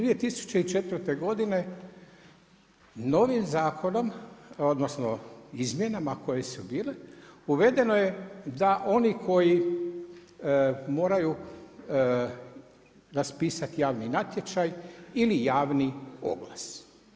2004. novim zakonom, odnosno izmjenama koje su bile uvedeno je da oni koji moraju raspisati javni natječaj ili javni oglas.